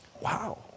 Wow